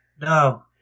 No